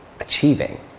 achieving